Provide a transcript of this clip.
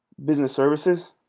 business services